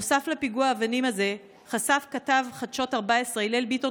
נוסף לפיגוע האבנים הזה חשף כתב חדשות 14 הלל ביטון